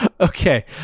Okay